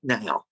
now